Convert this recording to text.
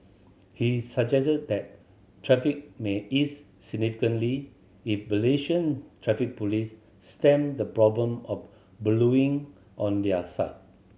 he suggested that traffic may ease significantly if Malaysian Traffic Police stemmed the problem of ballooning on their side